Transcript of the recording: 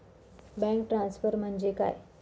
Bank transfer म्हणजे काय?